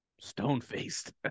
stone-faced